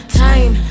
time